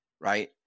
right